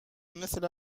مثل